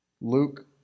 Luke